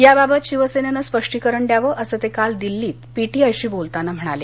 याबाबत शिवसेनेनं स्पष्टीकरण द्यावं असं ते काल दिल्लीत पीटीआय शी बोलताना म्हणाले